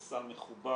זה סל מכובד.